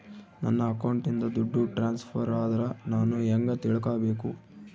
ನನ್ನ ಅಕೌಂಟಿಂದ ದುಡ್ಡು ಟ್ರಾನ್ಸ್ಫರ್ ಆದ್ರ ನಾನು ಹೆಂಗ ತಿಳಕಬೇಕು?